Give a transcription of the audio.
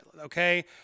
okay